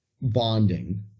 bonding